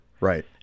Right